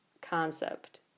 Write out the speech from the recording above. concept